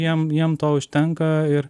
jam jam to užtenka ir